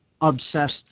obsessed